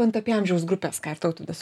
bent apie amžiaus grupes ką ir tautvydas